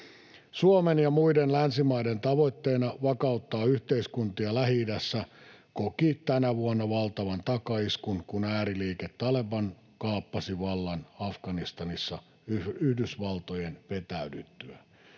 Suomen ja muiden länsimaiden tavoite vakauttaa yhteiskuntia Lähi-idässä koki tänä vuonna valtavan takaiskun, kun ääriliike Taleban kaappasi vallan Afganistanissa Yhdysvaltojen vetäydyttyä.